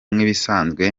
nk’ibisanzwe